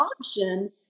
option